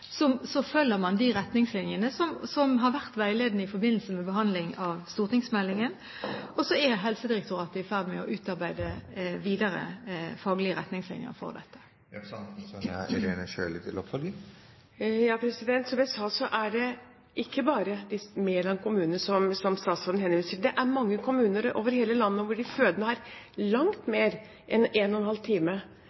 følger man de retningslinjene som har vært veiledende i forbindelse med behandlingen av stortingsmeldingen, og så er Helsedirektoratet i ferd med å utarbeide videre faglige retningslinjer for dette. Som jeg sa, gjelder det ikke bare Meland kommune, som statsråden henviser til. I mange kommuner over hele landet har de